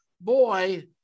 Boy